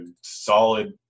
solid